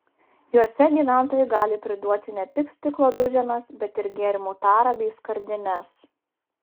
juose gyventojai gali priduoti ne tik stiklo duženas bet ir gėrimų tarą bei skardines